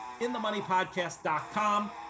inthemoneypodcast.com